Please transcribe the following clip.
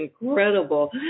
incredible